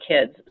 kids